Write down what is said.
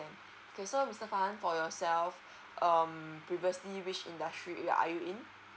okay so mister farhan for yourself um previously which industry err are you in